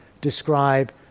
describe